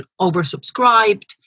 oversubscribed